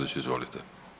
izvolite.